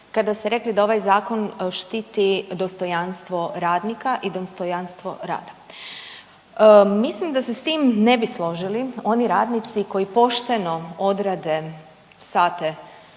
kada ste rekli da ovaj zakon štiti dostojanstvo radnika i dostojanstvo rada. Mislim da se s tim ne bi složili oni radnici koji pošteno odrade sate,